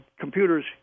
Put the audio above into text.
computers